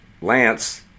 Lance